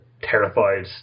terrified